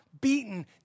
beaten